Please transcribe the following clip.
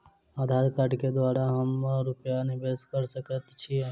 आधार कार्ड केँ द्वारा हम रूपया निवेश कऽ सकैत छीयै?